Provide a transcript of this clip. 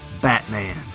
Batman